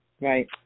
Right